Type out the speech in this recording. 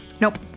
Nope